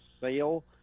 sale